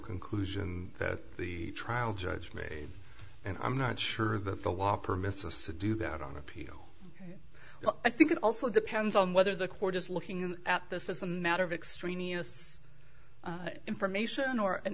conclusion that the trial judge made and i'm not sure that the law permits us to do that on appeal i think it also depends on whether the court is looking at this as a matter of extraneous information or an